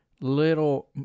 little